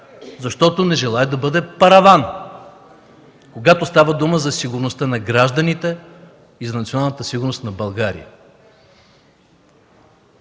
защото не желае да бъде параван, когато става дума за сигурността на гражданите и за националната сигурност на България.